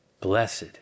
Blessed